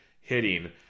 hitting